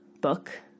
book